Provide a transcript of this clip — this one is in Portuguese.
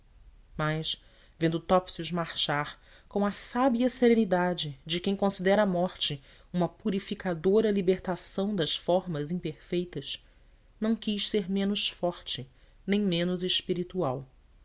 mas vendo topsius marchar com a sabia serenidade de quem considera a morte uma purificadora li bertação das formas imperfeitas não quis ser menos forte nem menos espiritual